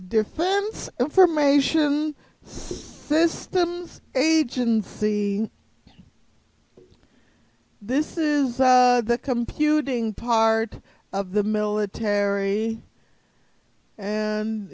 defense information systems agency this is the computing part of the military and